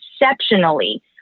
exceptionally